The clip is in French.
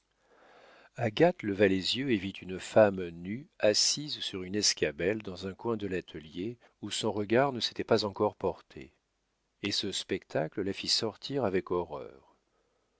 agathe leva les yeux et vit une femme nue assise sur une escabelle dans un coin de l'atelier où son regard ne s'était pas encore porté et ce spectacle la fit sortir avec horreur